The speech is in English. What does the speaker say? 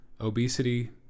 obesity